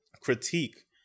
critique